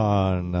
on